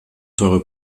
teure